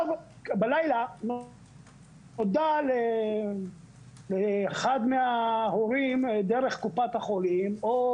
בלילה נודע לאחד מההורים דרך קופת החולים או